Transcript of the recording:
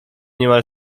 niemal